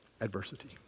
adversity